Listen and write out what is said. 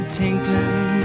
tinkling